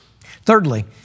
Thirdly